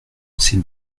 ces